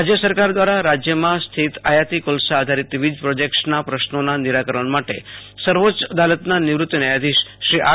રાજ્ય સરકાર દ્વારા રાજ્યમાં સ્થિત આયાતી કોલસા આધોજિત વીજ પ્રોજેક્ટ્સના પ્રશ્નોના નિરાકરણ માટે સર્વોચ્ય અદાલતના નિવૃત ન્યાયાધિશ શ્રી આર